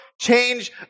change